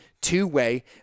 two-way